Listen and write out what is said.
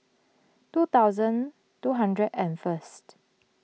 two thousand two hundred and first